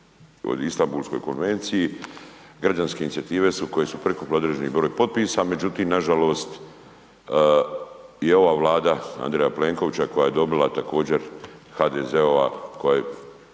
i Istabulskoj konvenciji, građanske inicijative koje su prikupile određeni broj potpisa međutim nažalost je ova Vlada A. Plenkovića koja je dobila također HDZ-ova, koja je